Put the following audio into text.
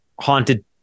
haunted